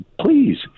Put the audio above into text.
please